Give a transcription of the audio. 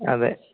അതെ